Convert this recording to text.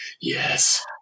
yes